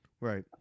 right